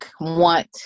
want